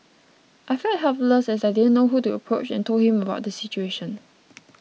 I felt helpless as I didn't know who to approach and told him about the situation